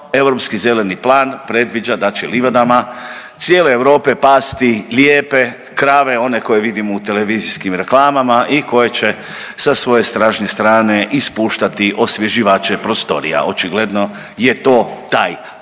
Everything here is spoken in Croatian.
europski zeleni plan predviđa da će livadama cijele Europe pasti lijepe krave one koje vidimo u televizijskim reklamama i koje će sa svoje stražnje strane ispuštati osvježivače prostorija. Očigledno je to taj plan.